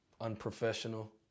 unprofessional